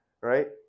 right